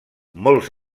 molts